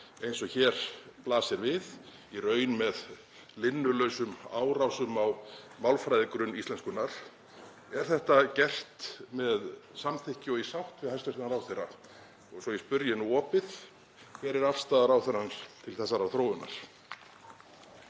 eins og hér blasir við, í raun með linnulausum árásum á málfræðigrunn íslenskunnar — er þetta gert með samþykki og í sátt við hæstv. ráðherra? Og svo ég spyrji nú opið: Hver er afstaða ráðherrans til þessarar þróunar?